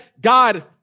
God